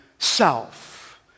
self